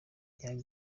young